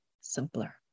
simpler